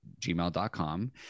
gmail.com